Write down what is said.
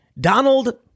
Donald